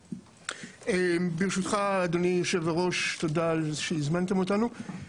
ברשותך אדוני יושב-הראש, תודה על שהזמנתם אותנו.